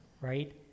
right